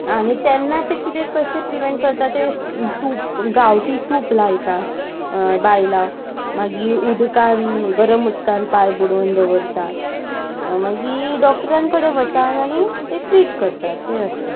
आनी तेन्ना तें कितें कशें प्रिवेंट करता ते तूप गांवठी तूप लायतात बायलां मागीर उदकान गरम उदकान पांय बुडोवन दवरतात मागी डॉक्टरां कडेन वतात आनी ते ट्रीट करतात तें आसा